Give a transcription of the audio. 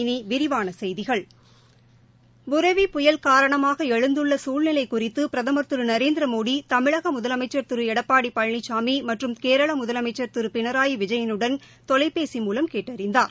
இனி விரிவான செய்திகள் புரெவி புயல் காரணமாக எழுந்துள்ள சூழ்நிலை குறிதது பிரதம் திரு நரேந்திரமோடி தமிழக முதலமைச்ச் திரு எடப்பாடி பழனிசாமி மற்றும் கேரள முதலமைச்ச் திரு பினராயி விஜயனுடன் தொலைபேசி மூலம் கேட்டறிந்தாா